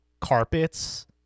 carpets